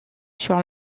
sur